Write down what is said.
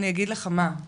אגיד לך מה.